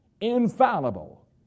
infallible